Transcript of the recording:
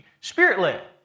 spirit-led